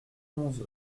onze